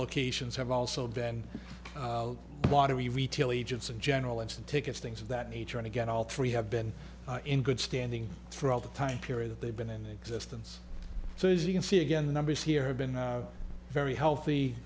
locations have also been lottery retail agents in general and the tickets things of that nature to get all three have been in good standing for all the time period they've been in existence so as you can see again the numbers here have been very healthy